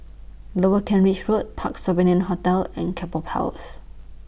Lower Kent Ridge Road Parc Sovereign Hotel and Keppel Powers